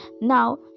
now